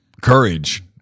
courage